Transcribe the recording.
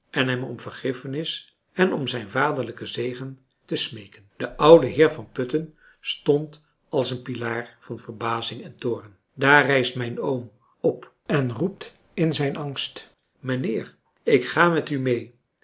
en hem om vergiffenis en om zijn vaderlijken zegen te smeeken de oude heer van putten stond als een pilaar van verbazing en toorn daar rijst mijn oom op en roept in zijn angst meneer ik ga met u mee